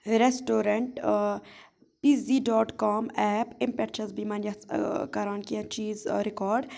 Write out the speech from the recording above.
restaurant پیٖزی dot com app امہِ پٮ۪ٹھ چھَس بہٕ یِمَن یَژھ کَران کینٛہہ چیٖز رِکاڈ